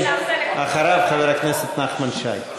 אחריו, חבר הכנסת נחמן שי.